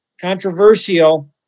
Controversial